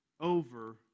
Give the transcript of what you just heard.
over